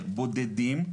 בודדים,